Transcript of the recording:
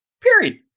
period